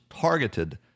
targeted